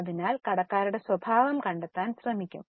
അതിനാൽ കടക്കാരുടെ സ്വഭാവം കണ്ടെത്താൻ ശ്രമിക്കും